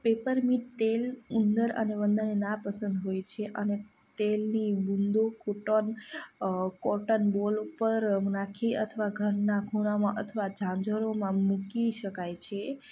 peppermint તેલ ઉંદર અને વંદાને નાપસંદ હોય છે અને તેલની બુંદો કૂટોન કોટનબોલ ઉપર નાખી અથવા ઘરના ખૂણામાં અથવા ઝાંઝરોમાં મૂકી શકાય છે